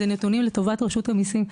אלה נתונים לטובת רשות המיסים.